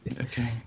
okay